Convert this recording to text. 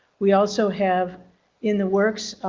we also have in the works.